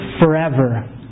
forever